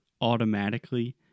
automatically